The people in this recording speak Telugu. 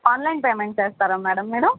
ఆన్లైన్ పేమెంట్ చేస్తారా మేడం మీరు